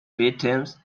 victims